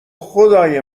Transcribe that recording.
خدای